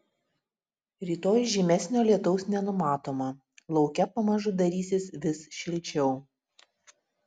rytoj žymesnio lietaus nenumatoma lauke pamažu darysis vis šilčiau